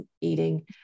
eating